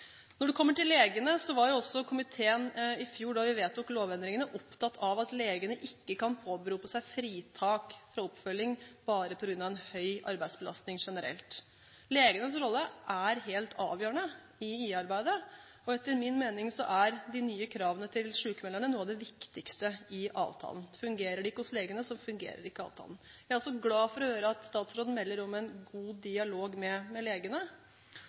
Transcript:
Når det kommer til legene, var også komiteen i fjor, da vi vedtok lovendringene, opptatt av at legene ikke kan påberope seg fritak fra oppfølging bare på grunn av en høy arbeidsbelastning generelt. Legenes rolle er helt avgjørende i IA-arbeidet, og etter min mening er de nye kravene til sykmelderne noe av det viktigste i avtalen. Fungerer det ikke hos legene, fungerer ikke avtalen. Jeg er også glad for å høre at statsråden melder om en god dialog med legene.